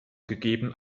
gegeben